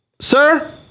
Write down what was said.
sir